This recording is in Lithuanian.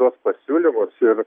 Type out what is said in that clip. tuos pasiūlymus ir